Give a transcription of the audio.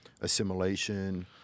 assimilation